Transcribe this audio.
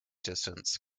distance